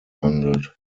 handelt